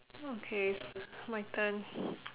okay it's my turn